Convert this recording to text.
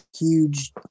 huge